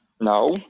No